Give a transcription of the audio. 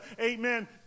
amen